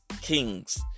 kings